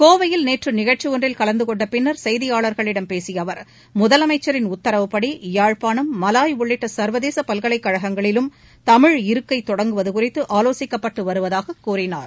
கோவையில் நேற்று நிகழ்ச்சி ஒன்றில் கலந்தகொண்ட பின்னர் கெய்தியாளர்களிடம் பேசிய அவர் முதலமைச்சரின் உத்தரவுபடி யாழ்ப்பாணம் மலாய் உள்ளிட்ட சர்வதேச பல்கலைக் கழகங்களிலும் தமிழ் இருக்கை தொடங்குவது குறித்து ஆலோசிக்கப்பட்டு வருவதாக கூறினார்